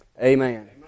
amen